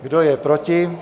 Kdo je proti?